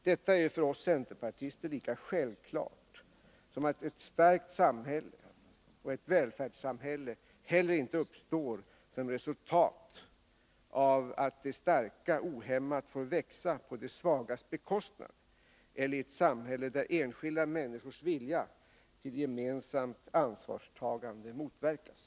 Detta är för oss centerpartister lika självklart som att ett starkt samhälle och ett välfärdssamhälle heller inte uppstår som resultat av att de starka ohämmat får växa på de svagas bekostnad eller i ett samhälle där enskilda människors vilja till gemensamt anvarstagande motverkas.